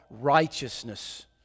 righteousness